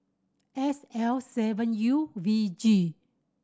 S L seven U V G